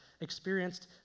Experienced